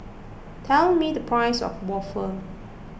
tell me the price of Waffle